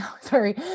sorry